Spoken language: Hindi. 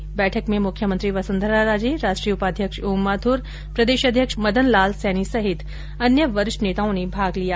इस बैठक में मुख्यमंत्री वसुंधरा राजे राष्ट्रीय उपाध्यक्ष ओम माथुर प्रदेषाध्यक्ष मदन लाल सैनी समेत अन्य वरिष्ठ नेताओं ने भाग लिया